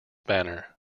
banner